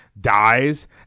dies